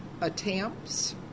attempts